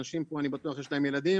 אנשים פה אני בטוח שיש להם ילדים,